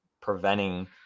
preventing